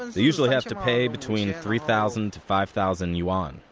they usually have to pay between three thousand to five thousand yuan,